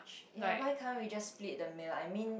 ya why can't we just split the meal I mean